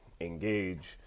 engage